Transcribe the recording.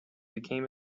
became